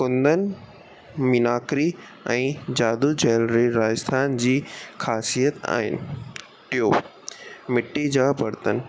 कुंदन मिनाकरी ऐं जादू ज्वैलरी राजस्थान जी ख़ासियत आहिनि टियों मिट्टी जा बर्तन